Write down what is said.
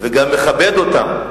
וגם מכבד אותם.